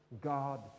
God